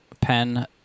pen